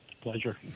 Pleasure